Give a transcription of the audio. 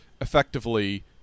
effectively